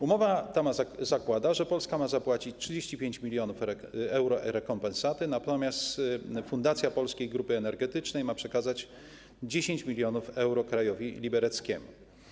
Umowa ta zakłada, że Polska ma zapłacić 35 mln euro rekompensaty, natomiast fundacja Polskiej Grupy Energetycznej ma przekazać 10 mln euro krajowi libereckiemu.